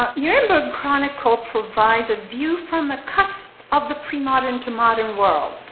um nuremberg chronicle provides a view from the cusp of the premodern to modern world,